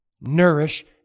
nourish